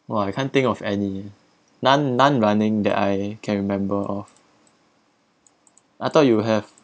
!wah! I can't think of any non non running that I can remember of I thought you'll have